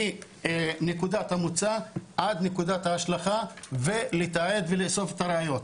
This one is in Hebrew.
מנקודת המוצא עד נקודת ההשלכה ולתעד ולאסוף את הראיות.